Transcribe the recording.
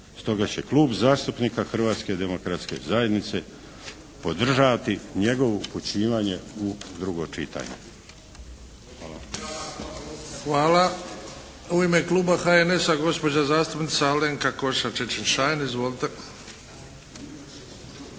Stoga će Klub zastupnika Hrvatske demokratske zajednice podržati njegovo upućivanje u drugo čitanje. Hvala. **Bebić, Luka (HDZ)** Hvala. U ime kluba HNS-a gospođa zastupnica Alenka Košiša Čičin-Šain. Izvolite!